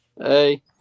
hey